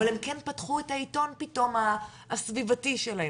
אבל הם כן פתחו את העיתון הסביבתי שלהם,